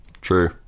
True